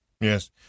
yes